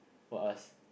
will ask